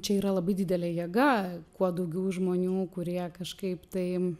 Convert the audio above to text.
čia yra labai didelė jėga kuo daugiau žmonių kurie kažkaip tai